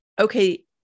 okay